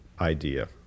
idea